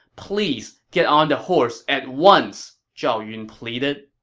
please get on the horse at once! zhao yun pleaded